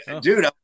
Dude